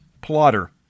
plotter